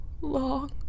long